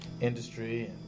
industry